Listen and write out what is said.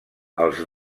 els